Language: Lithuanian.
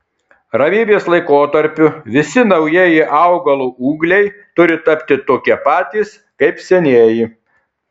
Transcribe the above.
ramybės laikotarpiu visi naujieji augalo ūgliai turi tapti tokie patys kaip senieji